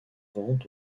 vente